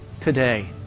today